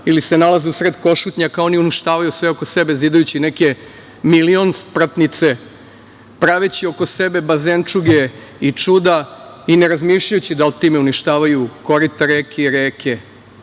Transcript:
ili se nalaze u sred Košutnjaka oni uništavaju sve oko sebe zidajući neke milionspratnice, praveći oko sebe bazenčuge i čuda i ne razmišljajući da li time uništavaju korita reka i reke. Druga